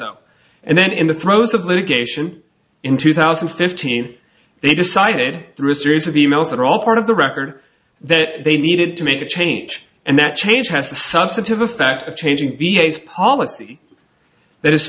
so and then in the throes of litigation in two thousand and fifteen they decided through a series of e mails that are all part of the record that they needed to make a change and that change has the substantive effect of changing v a s policy th